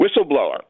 Whistleblower